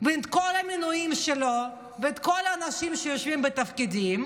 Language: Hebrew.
בכל המינויים שלו וכל האנשים שיושבים בתפקידים,